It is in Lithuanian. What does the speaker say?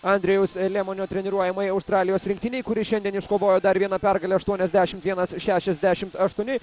andrejaus lemonio treniruojamai australijos rinktinei kuri šiandien iškovojo dar vieną pergalę aštuoniasdešimt vienas šešiasdešimt aštuoni